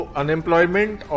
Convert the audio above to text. unemployment